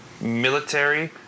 military